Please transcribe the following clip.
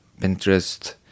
Pinterest